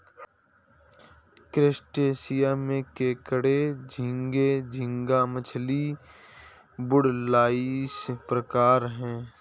crustaceans में केकड़े झींगे, झींगा मछली, वुडलाइस प्रकार है